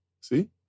See